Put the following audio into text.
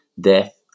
death